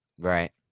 Right